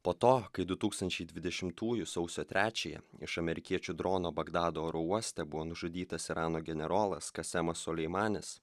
po to kai du tūkstančiai dvidešimtųjų sausio trečiąją iš amerikiečių drono bagdado oro uoste buvo nužudytas irano generolas kasemas suleimanis